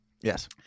Yes